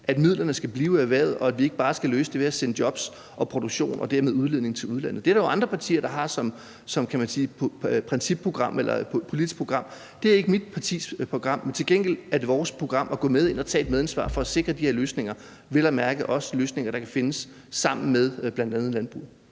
at midlerne skal blive i erhvervet, og at vi ikke bare skal løse det ved at sende jobs og produktion og dermed udledning til udlandet? Det er der jo andre partier der har som deres, hvad kan man sige, principprogram eller politiske program. Det er ikke mit partis program. Til gengæld er det vores program at gå med ind og tage et medansvar for at sikre de her løsninger, og det er vel at mærke også løsninger, der kan findes sammen med bl.a. landbruget.